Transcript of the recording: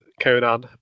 Conan